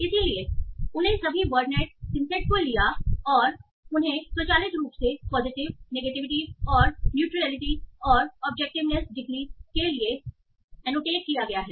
इसलिए उन्होंने सभी वर्डनेट सिंसेट को लिया और उन्हें स्वचालित रूप से पॉजिटिव नेगेटिविटी और न्यूट्रलीटि और ऑब्जेक्टिव्नेस डिग्री के लिए एनोटेट किया गया है ऐसे उदाहरण हैं